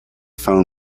phone